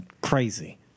crazy